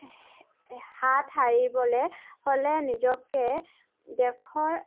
হাত সাৰিবলৈ হ'লে নিজকে দেশৰ